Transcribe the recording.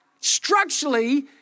structurally